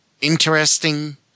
interesting